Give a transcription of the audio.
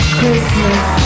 Christmas